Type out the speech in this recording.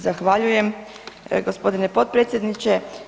Zahvaljujem g. potpredsjedniče.